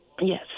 Yes